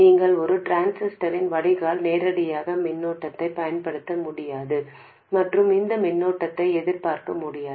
நீங்கள் ஒரு டிரான்சிஸ்டரின் வடிகால் நேரடியாக மின்னோட்டத்தைப் பயன்படுத்த முடியாது மற்றும் அந்த மின்னோட்டத்தை எதிர்பார்க்க முடியாது